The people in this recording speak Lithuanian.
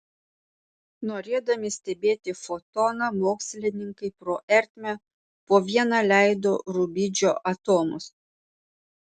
norėdami stebėti fotoną mokslininkai pro ertmę po vieną leido rubidžio atomus